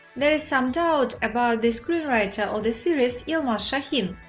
there is some doubt about the screenwriter of the series yilmaz sahin,